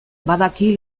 badaki